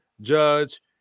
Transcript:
Judge